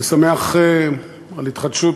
אני שמח על ההתחדשות,